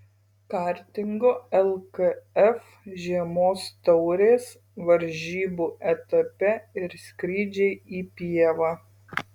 kartingo lkf žiemos taurės varžybų etape ir skrydžiai į pievą